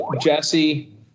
Jesse